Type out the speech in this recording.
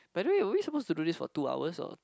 by the way are we supposed to do this for two hours or